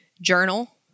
journal